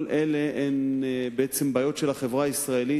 כל אלה הן בעיות של החברה הישראלית,